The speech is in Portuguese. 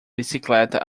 bicicleta